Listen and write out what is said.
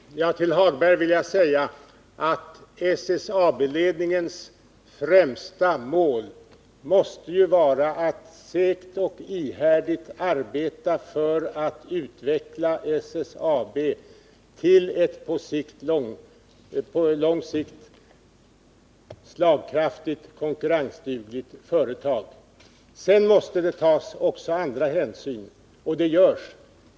Herr talman! Till Lars-Ove Hagberg vill jag säga att SSAB-ledningens främsta mål måste vara att segt och ihärdigt arbeta för att utveckla SSAB till ett på lång sikt slagkraftigt och konkurrensdugligt företag. Sedan måste det tas också andra hänsyn. Och det görs.